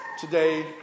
today